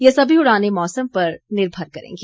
यह सभी उड़ाने मौसम पर निर्भर करेगी